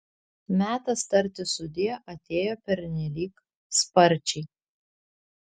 metas tarti sudie atėjo pernelyg sparčiai